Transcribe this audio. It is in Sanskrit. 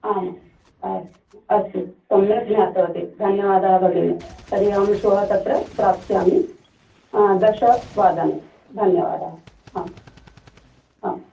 आमाम् अस्तु अस्तु सम्यक् ज्ञातवती धन्यवादाः भगिनी तर्हि अहं श्वः तत्र प्राप्स्यामि दशवादने धन्यवादाः आम् आम्